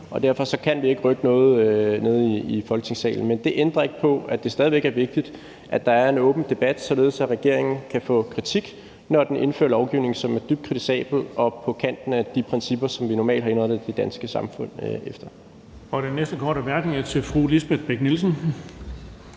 Derfor kan det ikke rykke noget nede i Folketingssalen, men det ændrer ikke på, at det stadig væk er vigtigt, at der er en åben debat, således at regeringen kan få kritik, når den indfører lovgivning, som er dybt kritisabel og på kanten af de principper, som vi normalt har indrettet det danske samfund efter.